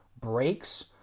breaks